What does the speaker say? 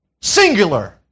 singular